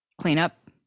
cleanup